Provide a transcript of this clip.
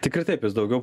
tikrai taip jis daugiau